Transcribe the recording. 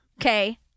Okay